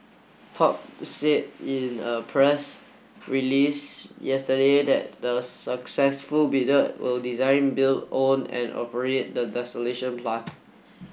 PUB said in a press release yesterday that the successful bidder will design build own and operate the plant